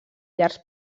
llargs